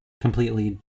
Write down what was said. completely